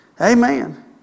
Amen